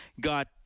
got